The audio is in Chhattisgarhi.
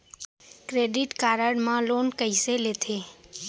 क्रेडिट कारड मा लोन कइसे लेथे?